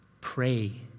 Pray